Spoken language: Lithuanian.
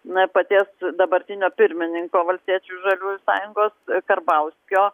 na paties dabartinio pirmininko valstiečių ir žaliųjų sąjungos karbauskio